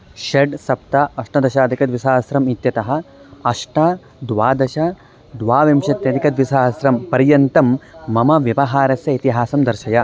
षट् सप्त अष्टदशाधिकद्विसहस्रम् इत्यतः अष्ट द्वादश द्वाविंशत्यधिकद्विसहस्रं पर्यन्तं मम व्यवहारस्य इतिहासं दर्शय